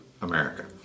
America